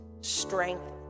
strength